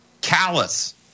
Callous